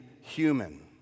human